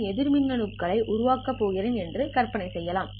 நான் எதிர் மின்னணு களை உருவாக்கப் போகிறேன் என்று கற்பனை செய்யலாம்